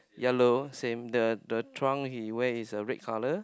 yellow same the trunk he wear is the red colour